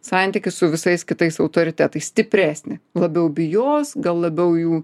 santykį su visais kitais autoritetais stipresnį labiau bijos gal labiau jų